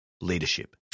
leadership